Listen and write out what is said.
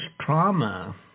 trauma